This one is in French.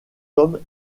homme